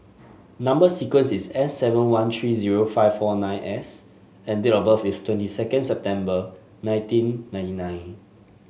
number sequence is S seven one three zero five four nine S and date of birth is twenty second September nineteen ninety nine